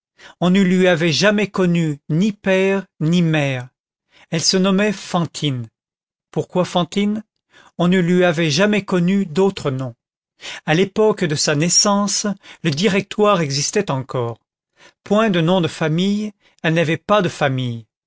on ne lui avait jamais connu ni père ni mère elle se nommait fantine pourquoi fantine on ne lui avait jamais connu d'autre nom à l'époque de sa naissance le directoire existait encore point de nom de famille elle n'avait pas de famille